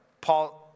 Paul